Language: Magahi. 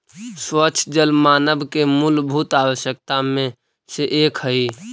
स्वच्छ जल मानव के मूलभूत आवश्यकता में से एक हई